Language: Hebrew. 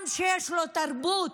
עם שיש לו תרבות,